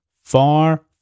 Far